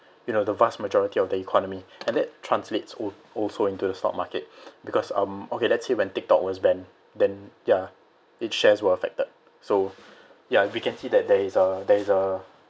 you know the vast majority of the economy and that translates also into the stock market because um okay let's say when tik tok was banned then ya its shares were affected so ya we can see that there is a there is a